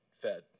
fed